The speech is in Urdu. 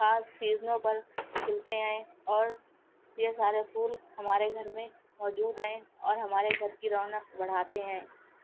خاص سیزنوں پر کھلتے ہیں اور یہ سارے پھول ہمارے گھر میں موجود ہیں اور ہمارے گھر کی رونق بڑھاتے ہیں